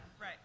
Right